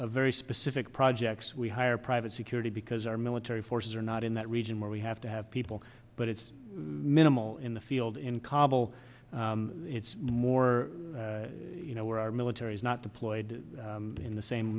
of very specific projects we hire private security because our military forces are not in that region where we have to have people but it's minimal in the field in kabul it's more you know where our military is not deployed in the same